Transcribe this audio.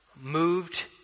moved